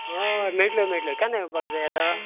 हय मेळटल्यो मेळटल्यो केन्ना येवपाक जाता